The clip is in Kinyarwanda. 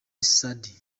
soudy